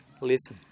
listen